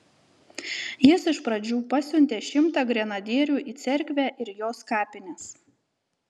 jis iš pradžių pasiuntė šimtą grenadierių į cerkvę ir jos kapines